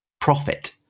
profit